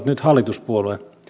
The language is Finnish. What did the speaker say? nyt hallituspuolue